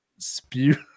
spew